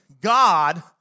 God